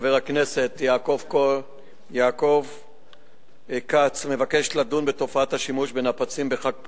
חבר הכנסת יעקב כץ מבקש לדון בתופעת השימוש בנפצים בחג פורים.